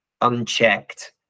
unchecked